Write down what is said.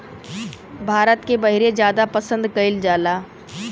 भारत के बहरे जादा पसंद कएल जाला